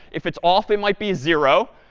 if it's off, it might be zero,